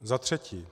Za třetí.